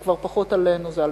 זה כבר פחות עלינו, זה עליכם.